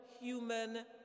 human